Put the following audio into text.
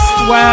Wow